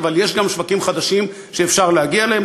אבל יש גם שווקים חדשים שאפשר להגיע אליהם.